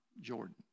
Jordan